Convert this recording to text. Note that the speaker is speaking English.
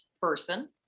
person